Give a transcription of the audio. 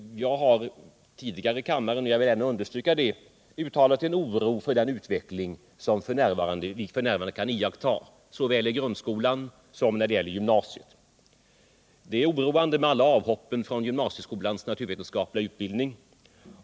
Jag har tidigare i kammaren uttalat min oro — och vill understryka den nu — för den utveckling som vi f.n. kan iaktta såväl i grundskolan som på gymnasiet. Det är oroande med alla avhopp från gymnasieskolans naturvetenskapliga utbildning.